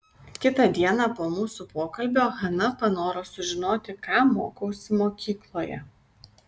kitą dieną po mūsų pokalbio hana panoro sužinoti ką mokausi mokykloje